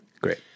Great